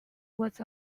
was